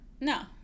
No